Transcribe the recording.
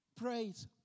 praise